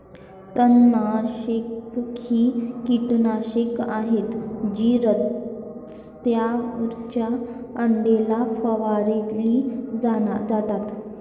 तणनाशके ही कीटकनाशके आहेत जी रस्त्याच्या कडेला फवारली जातात